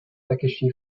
takeshi